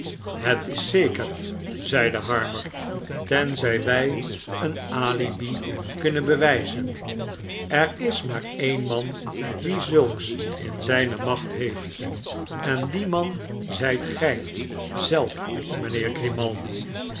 het is zeker zeide harmer tenzij wij een alibi kunnen bewijzen er is maar een man die zulks in zijne macht heeft en die man zijt gij zelf mijnheer